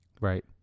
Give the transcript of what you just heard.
Right